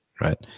right